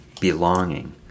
belonging